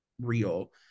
real